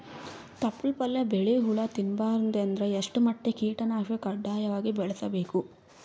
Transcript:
ತೊಪ್ಲ ಪಲ್ಯ ಬೆಳಿ ಹುಳ ತಿಂಬಾರದ ಅಂದ್ರ ಎಷ್ಟ ಮಟ್ಟಿಗ ಕೀಟನಾಶಕ ಕಡ್ಡಾಯವಾಗಿ ಬಳಸಬೇಕು?